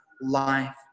life